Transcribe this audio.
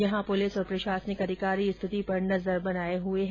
यहां पुलिस और प्रशासनिक अधिकारी स्थिति पर निगाहे बनाए हुए है